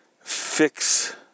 fix